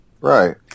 Right